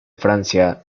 francia